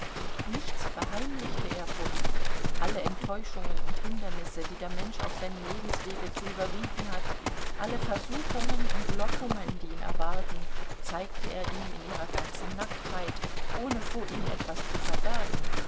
nichts verheimlichte er vor ihm alle enttäuschungen und hindernisse die der mensch auf seinem lebenswege zu überwinden hat alle versuchungen und lockungen die ihn erwarten zeigte er ihm in ihrer ganzen nacktheit ohne vor ihm etwas zu verbergen